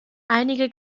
einige